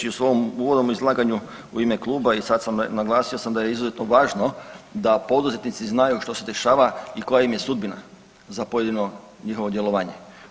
Da, ja sam već i u svom uvodnom izlaganju u ime kluba i sad sam, naglasio sam da je izuzetno važno da poduzetnici znaju što se dešava i koja im je sudbina za pojedino njihovo djelovanje.